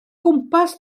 gwmpas